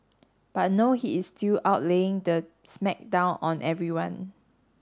but no he is still out laying the smack down on everyone